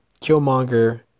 Killmonger